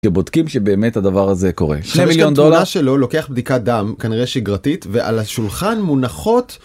בודקים שבאמת הדבר הזה קורה 2 מיליון דולר.. יש תמונה שלו לוקח בדיקה דם כנראה שגרתית ועל השולחן מונחות.